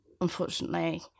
unfortunately